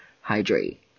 Hydrate